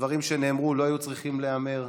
הדברים שנאמרו לא היו צריכים להיאמר,